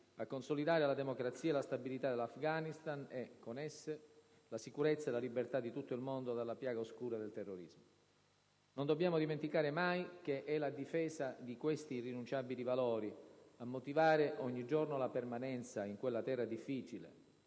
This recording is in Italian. a consolidare la democrazia e la stabilità dell'Afghanistan e, con esse, la sicurezza e la libertà di tutto il mondo dalla piaga oscura del terrorismo. Non dobbiamo dimenticare mai che è la difesa di questi irrinunciabili valori a motivare ogni giorno la permanenza in quella terra difficile,